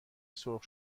سرخ